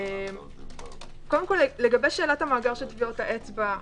לגבי שאלת המאגר של טביעות האצבע,